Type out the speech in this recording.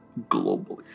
globally